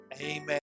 amen